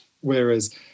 whereas